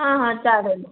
हां हां चालेल